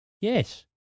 yes